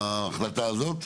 ההחלטה הזו תיכנס?